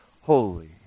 holy